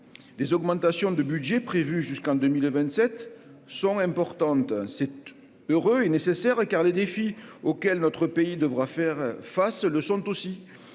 des augmentations de budget prévu jusqu'en 2027 sont importantes : sept heures est nécessaire car les défis auxquels notre pays devra faire face le sont aussi